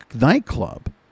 nightclub